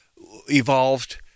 evolved